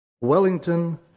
Wellington